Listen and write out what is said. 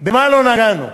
במה לא נגענו?